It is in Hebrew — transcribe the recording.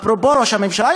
אפרופו ראש הממשלה,